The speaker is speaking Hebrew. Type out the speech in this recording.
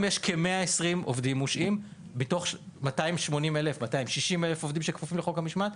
120 עובדים מושעים מתוך 280-260 אלף עובדים שכפופים לחוק המשמעת.